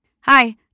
Hi